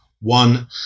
one